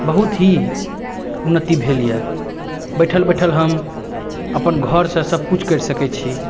बहुत ही उन्नति भेल यऽ बैठल बैठल हम अपन घरसँ सब किछु करि सकै छी